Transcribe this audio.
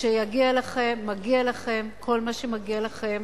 שיגיע לכם, מגיע לכם, כל מה שמגיע לכם,